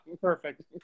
Perfect